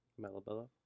Melabella